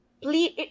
please